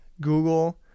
Google